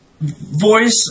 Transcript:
Voice